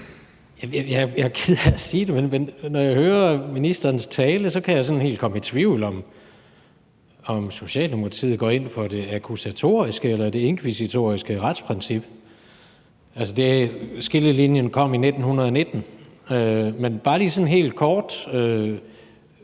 er ked af at sige det, men når jeg hører ministerens tale, kan jeg komme helt i tvivl om, hvorvidt Socialdemokratiet går ind for det akkusatoriske eller det inkvisitoriske retsprincip – skillelinjen kom i 1919. Men jeg vil bare lige helt kort